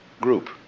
group